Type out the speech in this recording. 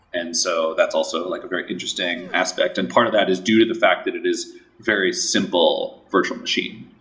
and so that's also like a very interesting aspect, and part of that is due to the fact that it is very simple virtual machine.